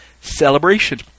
celebration